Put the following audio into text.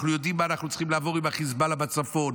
ואנחנו יודעים מה אנחנו צריכים לעבור עם חיזבאללה בצפון.